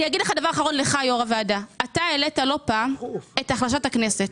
יו"ר הוועדה, העלית לא פעם את החלשת הכנסת,